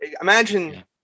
imagine